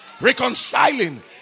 Reconciling